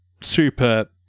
super